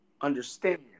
understand